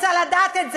אני רוצה לדעת את זה.